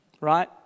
Right